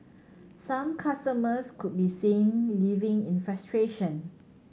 some customers could be seen leaving in frustration